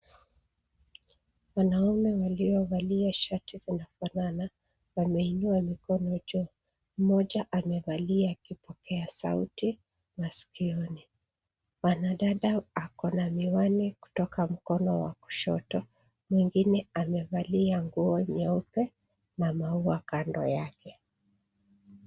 Wanaume waliovalia shati zinafanana, wameinua mikono juu. Mmoja amevalia kipokea sauti masikioni. Mwanadada ako na miwani kutoka mkono wa kushoto, mwingine amevalia nguo nyeupe na maua kando yake.